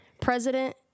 president